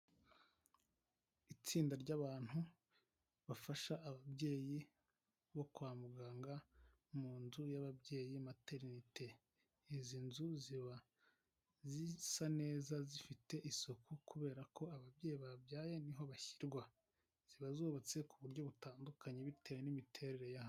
Itsinda ry'abantu bafasha ababyeyi bo kwa muganga, mu nzu y'ababyeyi materinete, izi nzu ziba zisa neza zifite isuku, kubera ko ababyeyi babyaye niho bashyirwa, ziba zubatse ku buryo butandukanye bitewe n'imiterere yaho.